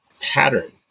pattern